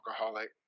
alcoholic